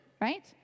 right